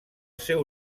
seu